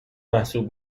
محسوب